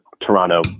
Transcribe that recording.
Toronto